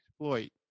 exploit